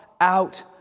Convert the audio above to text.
out